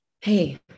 hey